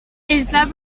està